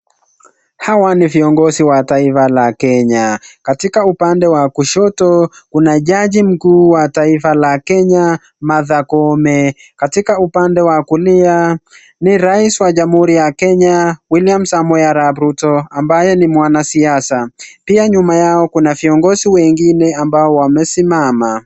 Hawa ni viongozi wa taifa la Kenya. Katika upande wa kushoto kuna jaji mkuu wa taifa la Kenya Martha Koome. Katika upande wa kulia ni rais wa jamhuri ya Kenya William Samoei Arap Ruto ambaye ni mwanasiasa, nyuma yao kuna viongozi wangine ambao wamesimama.